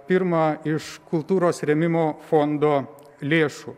pirma iš kultūros rėmimo fondo lėšų